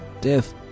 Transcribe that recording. death